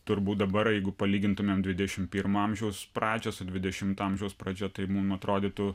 turbūt dabar jeigu palygintumėm dvidešimt pirmo amžiaus pradžią su dvidešimto amžiaus pradžia tai mum atrodytų